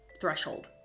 threshold